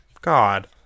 God